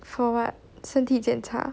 for what 身体检查